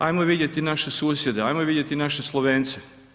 Ajmo vidjeti naše susjede, ajmo vidjeti naše Slovence.